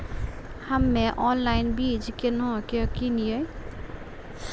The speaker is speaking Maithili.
हम्मे ऑनलाइन बीज केना के किनयैय?